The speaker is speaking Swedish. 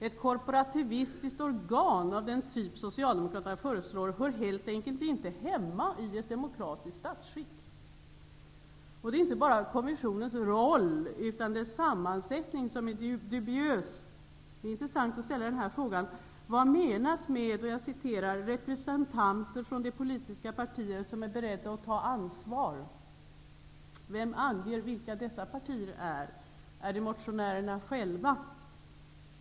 Ett korporativistiskt organ av den typ som Socialdemokraterna föreslår hör helt enkelt inte hemma i ett demokratiskt statsskick. Det är inte bara kommissionens roll utan också dess sammansättning som är dubiös. Det vore intressant att ställa frågan: Vad menas med ''representanter från de politiska partier som är beredda att ta ansvar''? Vem anger vilka dessa partier är? Är det motionärerna själva?